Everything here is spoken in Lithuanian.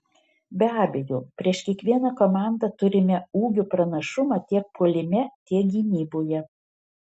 be abejo prieš kiekvieną komandą turime ūgio pranašumą tiek puolime tiek gynyboje